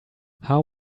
how